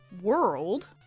world